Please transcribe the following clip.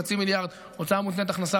חצי מיליארד הוצאה מותנית הכנסה,